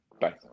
Bye